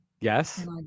Yes